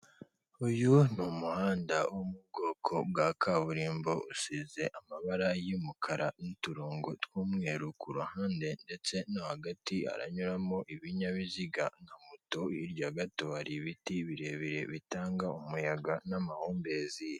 Uyu ni umuhanda wo mu bwoko bwa kaburimbo usize amabara y'umukara n'uturongo tw'umweru. Ku ruhande ndetse no hagati haranyuramo ibinyabiziga nka moto, hirya gato hari ibiti birebire bitanga umuyaga n'amahumbezi.